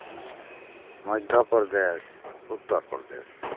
Madhya Pradesh Uttar Pradesh